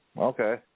Okay